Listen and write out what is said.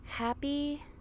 Happy